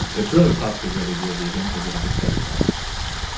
it's really tough to really be a vegan because you have to kill yourself. but anyway.